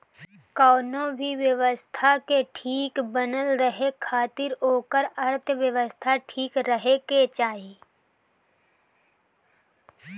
कवनो भी व्यवस्था के ठीक बनल रहे खातिर ओकर अर्थव्यवस्था ठीक रहे के चाही